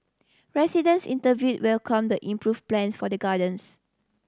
residents interviewed welcomed the improved plans for the gardens